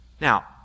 Now